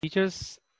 Teachers